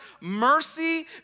mercy